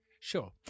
Sure